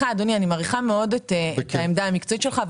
אני מעריכה מאוד את העמדה המקצועית שלך,